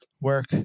work